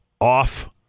off